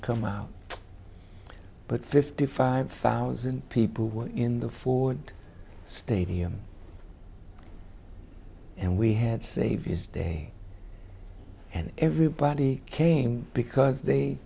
come out but fifty five thousand people were in the ford stadium and we had saved his day and everybody came because they